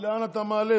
הוא מברך